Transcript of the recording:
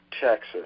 texas